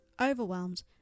overwhelmed